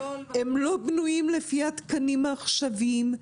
הם לא בנויים לפי התקנים העכשיויים,